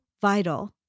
vital